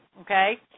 okay